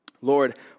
Lord